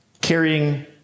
Carrying